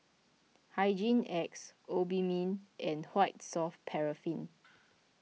Hygin X Obimin and White Soft Paraffin